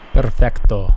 perfecto